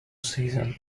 season